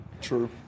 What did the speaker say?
True